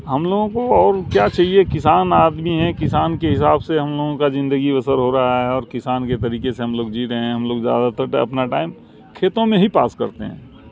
ہم لوگوں کو اور کیا چاہیے کسان آدمی ہیں کسان کے حساب سے ہم لوگوں کا زندگی بسر ہو رہا ہے اور کسان کے طریقے سے ہم لوگ جی رہے ہیں ہم لوگ زیادہ تر اپنا ٹائم کھیتوں میں ہی پاس کرتے ہیں